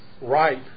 ripe